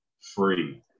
free